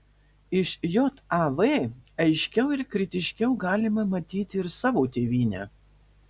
iš jav aiškiau ir kritiškiau galime matyti ir savo tėvynę